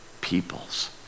peoples